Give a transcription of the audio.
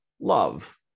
love